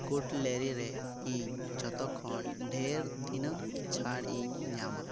cutlery ᱨᱮ ᱤᱧ ᱡᱚᱛᱚᱠᱷᱚᱱ ᱰᱷᱮᱨ ᱛᱤᱱᱟᱹᱜ ᱪᱷᱟᱲ ᱤᱧ ᱧᱟᱢᱟ